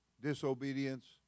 disobedience